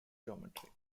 geometry